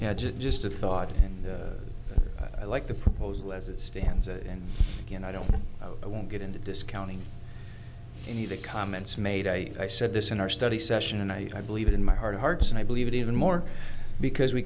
know just just a thought and i like the proposal as it stands and again i don't i won't get into discounting any the comments made i i said this in our study session and i believe in my heart of hearts and i believe it even more because we